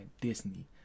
Disney